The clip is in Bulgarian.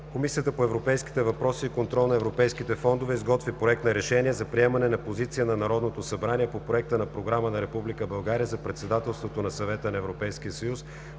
Комисията по европейските въпроси и контрол на европейските фондове изготви Проект на Решение за приемане на Позиция на Народното събрание по проекта на Програма на Република България за председателството на Съвета на Европейския съюз,